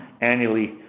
annually